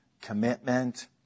commitment